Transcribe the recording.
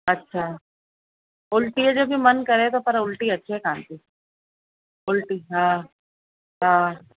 अच्छा उल्टीअ जो बि मनु करे थो पर उल्टी अचे कान थी उल्टी हा हा